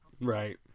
Right